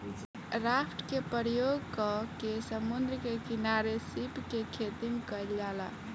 raft के प्रयोग क के समुंद्र के किनारे सीप के खेतीम कईल जाला